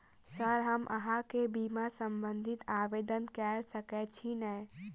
Sir हम अहाँ केँ बीमा संबधी आवेदन कैर सकै छी नै?